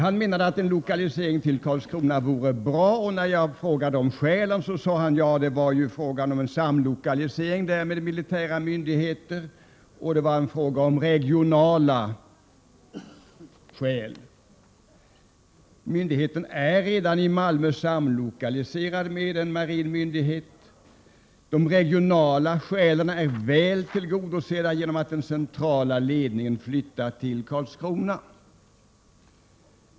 Han menade att en lokalisering till Karlskrona vore bra, och när jag frågade om skälen svarade han att det ju gällde en samlokalisering för militära myndigheter. Det var också, menade han, fråga om regionala skäl. Myndigheten är redan i Malmö samlokaliserad med en marin myndighet. De regionala skälen är väl tillgodosedda genom att den centrala ledningen har flyttat till Karlskrona.